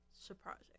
surprising